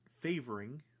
favoring